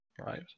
right